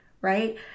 right